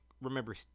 remember